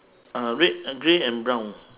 uh red and grey and brown